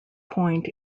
point